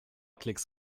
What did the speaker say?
klicks